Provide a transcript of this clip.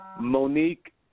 Monique